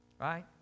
Right